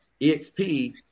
EXP